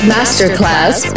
Masterclass